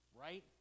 right